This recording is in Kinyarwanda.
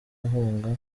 ahunga